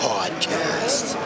Podcast